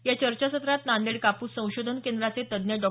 या चर्चासत्रात नांदेड कापूस संशोधन केंद्राचे तज्ज्ञ डॉ